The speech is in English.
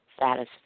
satisfied